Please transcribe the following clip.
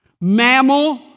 Mammal